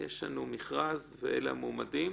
יש מכרז ואלה המועמדים,